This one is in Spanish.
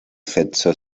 sexo